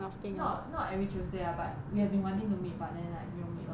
not not every tuesday lah but we have been wanting to meet but then like 没有 meet lor